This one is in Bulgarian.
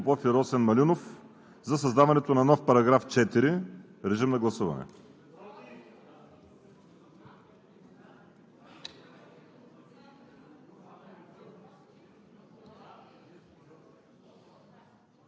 Преминаваме към гласуване на направените предложения от народните представители Иван Иванов, Филип Попов и Росен Малинов за създаването на нов § 4. Гласували